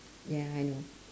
ya I know